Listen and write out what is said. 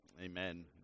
Amen